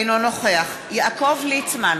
אינו נוכח יעקב ליצמן,